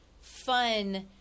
fun